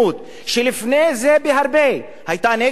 שלפני זה היתה רבה נגד הערבים,